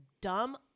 dumb